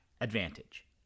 advantage